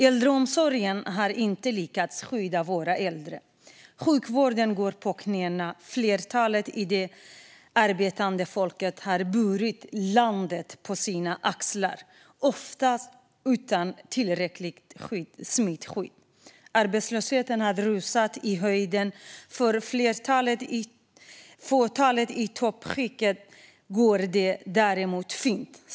Äldreomsorgen har inte lyckats skydda våra äldre. Sjukvården går på knäna. Flertalet i det arbetande folket har burit landet på sina axlar, ofta utan tillräckligt smittskydd. Arbetslösheten har rusat i höjden. För fåtalet i toppskiktet går det däremot fint.